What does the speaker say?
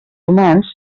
humans